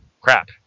crap